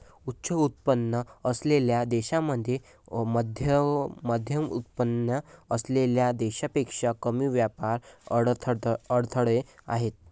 उच्च उत्पन्न असलेल्या देशांमध्ये मध्यमउत्पन्न असलेल्या देशांपेक्षा कमी व्यापार अडथळे आहेत